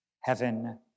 heaven